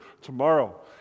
tomorrow